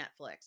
Netflix